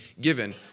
given